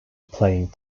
playing